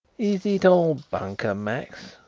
is it all bunkum, max?